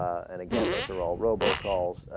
and again those are all robo calls